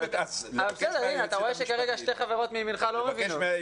אתה רואה ששתי החברות מימינך לא מבינות.